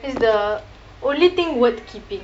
is the only thing worth keeping